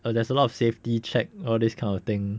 there's a lot of safety check all this kind of thing